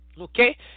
Okay